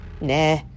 nah